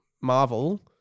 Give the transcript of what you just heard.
Marvel